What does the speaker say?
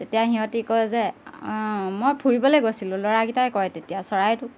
তেতিয়া সিহঁতি কয় যে অঁ মই ফুৰিবলৈ গৈছিলোঁ ল'ৰাকেইটাই কয় তেতিয়া চৰাইটোক